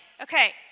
Okay